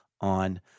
on